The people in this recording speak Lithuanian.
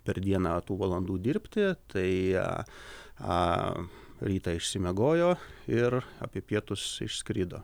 per dieną tų valandų dirbti tai rytą išsimiegojo ir apie pietus išskrido